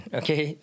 okay